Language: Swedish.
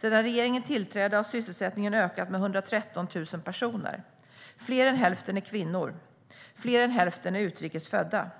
Sedan regeringen tillträdde har sysselsättningen ökat med 113 000 personer. Fler än hälften är kvinnor. Fler än hälften är utrikes födda.